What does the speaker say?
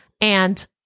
And-